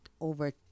over